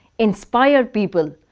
inspire people.